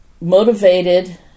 motivated